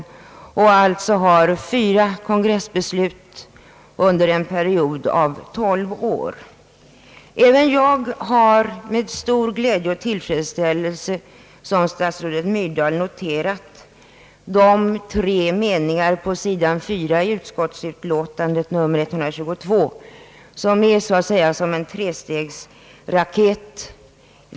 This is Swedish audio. Jag har liksom statsrådet Myrdal med stor glädje och tillfredsställelse noterat de tre meningar på sidan 4 i statsutskottets utlåtande nr 122 som är så att säga en trestegsraket.